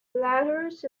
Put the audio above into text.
letters